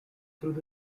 through